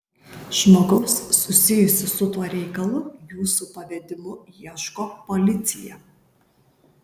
žmogaus susijusio su tuo reikalu jūsų pavedimu ieško policija